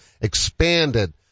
expanded